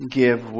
give